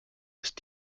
ist